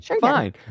fine